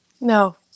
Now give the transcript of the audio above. No